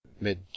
mid